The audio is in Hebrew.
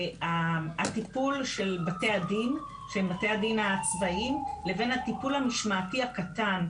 הטיפול של בתי הדין הצבאיים לבין הטיפול המשמעתי הקטן,